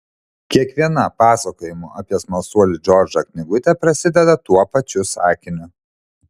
kiekviena pasakojimų apie smalsuolį džordžą knygutė prasideda tuo pačiu sakiniu